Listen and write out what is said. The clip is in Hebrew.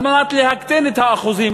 על מנת להקטין את האחוזים,